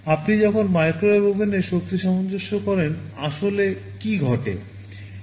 আপনি যখন মাইক্রোওয়েভ ওভেনের শক্তি সামঞ্জস্য করেন আসলে কী ঘটে